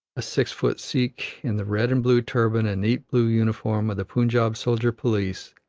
a six-foot sikh, in the red-and-blue turban and neat blue uniform of the punjab soldier-police,